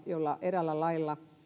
joilla eräällä lailla